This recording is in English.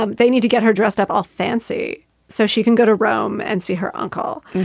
um they need to get her dressed up all fancy so she can go to rome and see her uncle.